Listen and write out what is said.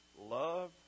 love